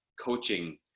coaching